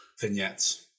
vignettes